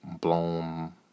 blown